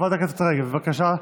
חברת הכנסת רגב, בבקשה,